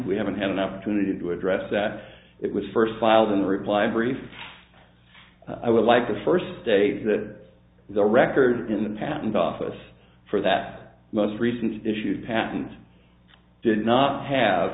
we haven't had an opportunity to address that it was first filed in reply brief i would like to first state that the record in the patent office for that most recent issued patent did not have